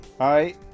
Hi